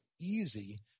easy